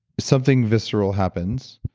something visceral happens,